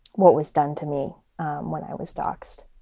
what was done to me when i was doxxed.